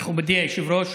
מכובדי היושב-ראש,